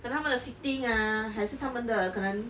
可能他们的 sitting ah 还是他们的可能